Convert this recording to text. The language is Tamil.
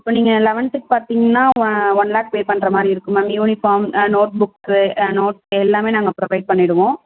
இப்போ நீங்கள் லெவன்த்க்கு பார்த்தீங்கன்னா ஒன் ஒன் லாக் பே பண்ணுற மாதிரி இருக்கும் மேம் யூனிபார்ம் நோட்புக்க்கு நோட்ஸ் எல்லாமே நாங்கள் ப்ரோவைட் பண்ணிவிடுவோம்